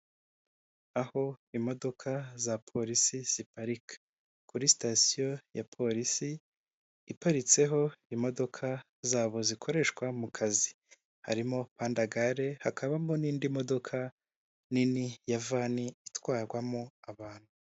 Aho imodoka za polisi ziparika kuri sitasiyo ya polisi, iparitseho imodoka zabo zikoreshwa mu kazi harimo pandagare hakabamo n'indi modoka nini ya vani itwarwamo abantu.